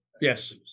Yes